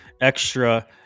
extra